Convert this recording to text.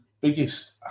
biggest